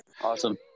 Awesome